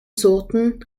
sorten